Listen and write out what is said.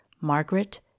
Margaret